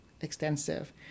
extensive